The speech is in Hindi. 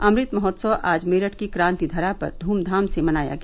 अमृत महोत्सव आज मेरठ की क्रांति धरा पर ध्रमधाम से मनाया गया